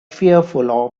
fearful